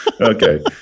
Okay